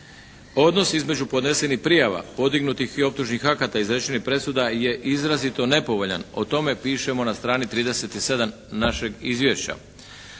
Odnosi između podnesenih prijava podignutih i optužnih akata izrečenih presuda je izrazito nepovoljan. O tome pišemo na strani 37. našeg izvješća.